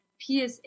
PSA